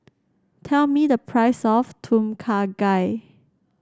tell me the price of Tom Kha Gai